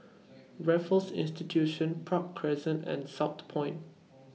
Raffles Institution Park Crescent and Southpoint